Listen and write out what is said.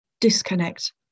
disconnect